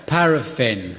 Paraffin